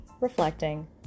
reflecting